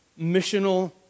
missional